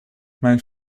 mijn